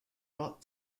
not